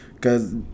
Cause